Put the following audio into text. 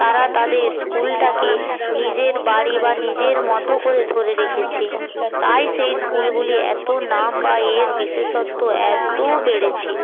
তারা তাদের স্কুলটাকে নিজের বাড়ি বা নিজের মতো করে ধরে রেখেছে তাই সেই স্কুলগুলির এত নাম বা এর বিশেষত্ব এতো বেড়েছে